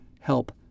help